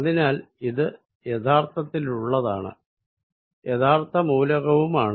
അതിനാൽ ഇത് യഥാര്ഥത്തിലുള്ളതാണ് യഥാർത്ഥ മൂലകമാണ്